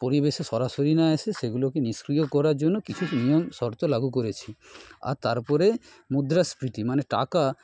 পরিবেশে সরাসরি না আসে সেগুলোকে নিষ্ক্রিয় করার জন্য কিছু নিয়ম শর্ত লাগু করেছে আর তার পরে মুদ্রাস্ফীতি মানে টাকা